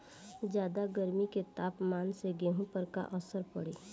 ज्यादा गर्मी के तापमान से गेहूँ पर का असर पड़ी?